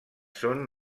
són